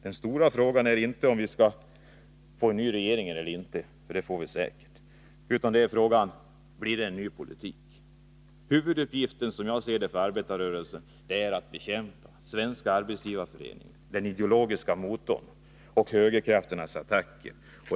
Den stora frågan är inte om vi skall få en ny regering eller inte — det får vi säkert. Den stora frågan är: Blir det en ny politik? Huvuduppgiften för arbetarrörelsen är att bekämpa Svenska arbetsgivareföreningen, den ideologiska motorn, och högerkrafternas attacker.